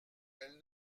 elles